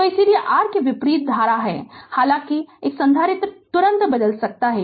तो इसीलिए r इसके विपरीत धारा हालांकि एक संधारित्र तुरंत बदल सकता है